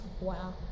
Wow